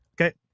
Okay